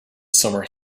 summer